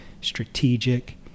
strategic